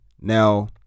Now